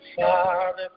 Father